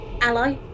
Ally